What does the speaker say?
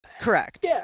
Correct